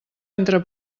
entre